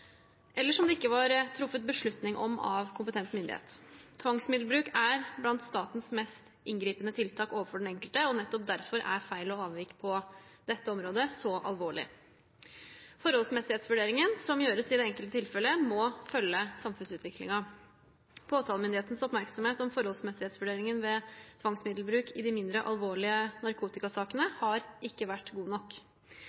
eller som det ikke var truffet beslutning om av kompetent myndighet. Tvangsmiddelbruk er blant statens mest inngripende tiltak overfor den enkelte, og nettopp derfor er feil og avvik på dette området så alvorlig. Forholdsmessighetsvurderingen som gjøres i det enkelte tilfelle, må følge samfunnsutviklingen. Påtalemyndighetens oppmerksomhet om forholdsmessighetsvurderingen ved tvangsmiddelbruk i de mindre alvorlige narkotikasakene